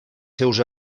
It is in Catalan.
seus